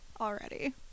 Already